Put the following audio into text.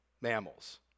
mammals